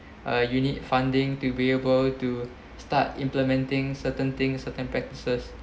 uh you need funding to be able to start implementing certain things certain practices